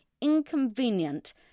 inconvenient